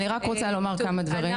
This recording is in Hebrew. אני רק רוצה לומר כמה דברים